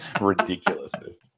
ridiculousness